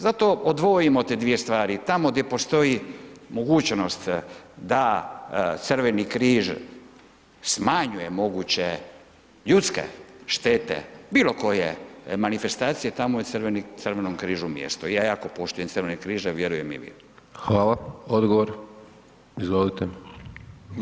Zato odvojimo te dvije stvari, tamo gdje postoji mogućnost da Crveni križ smanjuje moguće ljudske štete bilo koje manifestacije tamo je Crvenom križu mjesto, ja jako poštujem Crveni križ, a vjerujem i vi.